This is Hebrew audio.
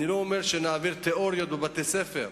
אני לא אומר שנעביר תיאוריות בבתי-ספר,